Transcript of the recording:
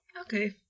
Okay